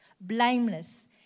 blameless